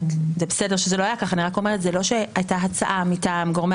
זה בסדר שזה לא היה כך ואני רק אומרת שזה לא שהייתה הצעה מטעם גורמי